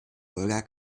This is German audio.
wolga